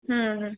হুম হুম